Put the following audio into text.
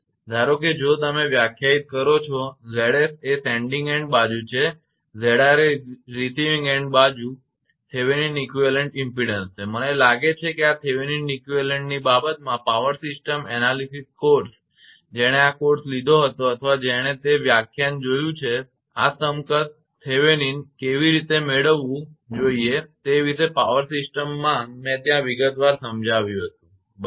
ધારો કે જો તમે વ્યાખ્યાયિત કરો છો 𝑍𝑠 એ સેન્ડીંગ એન્ડ બાજુ છે અને 𝑍𝑟 એ રિસીવીંગ એન્ડ બાજુ થેવેનિન સમકક્ષ ઇમપેડન્સ છે મને લાગે છે કે આ થેવેનિન સમકક્ષ ની બાબતમાં પાવર સિસ્ટમ વિશ્લેષણ કોર્સ જેણે આ કોર્સ લીધો હતો અથવા જેણે તે વ્યાખ્યાન જોયું છે કે આ સમકક્ષ થેવેનિન કેવી રીતે મેળવવું જોઈએ તે વિશે પાવર સિસ્ટમમાં મેં ત્યાં વિગતવાર સમજાવ્યું હતું બરાબર